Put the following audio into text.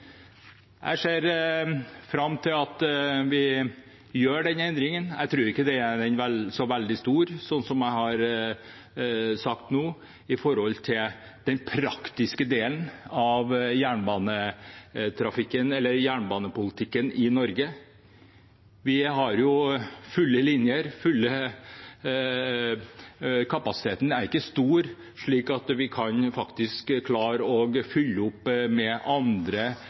Jeg ser fram til at vi gjør denne endringen. Jeg tror ikke den er så veldig stor, sånn som jeg har sagt nå, når det gjelder den praktiske delen av jernbanepolitikken i Norge. Vi har jo fulle linjer – kapasiteten er ikke stor – slik at vi kan klare å fylle opp med andre